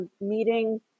meeting